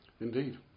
Indeed